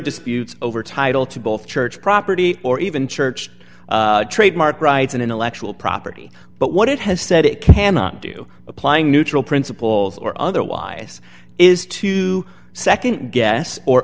disputes over title to both church property or even church trademark rights and intellectual property but what it has said it cannot do applying neutral principles or otherwise is to nd guess or